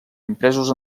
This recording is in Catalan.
impresos